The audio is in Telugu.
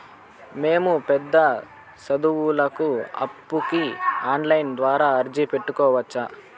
మేము పెద్ద సదువులకు అప్పుకి ఆన్లైన్ ద్వారా అర్జీ పెట్టుకోవచ్చా?